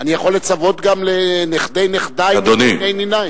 אני יכול לצוות גם לנכדי-נכדי וניני-ניני.